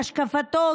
השקפתו,